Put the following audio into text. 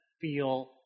feel